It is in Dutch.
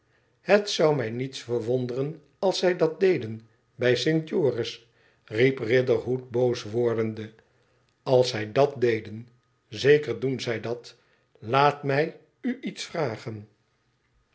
ihet zou mij niets verwonderen als zij dat deden bij st joris i riep riderhood boos wordende als zij dat deden i zeker doen zij dat laat mij u iets vragen